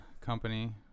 company